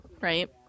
right